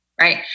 right